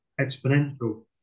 exponential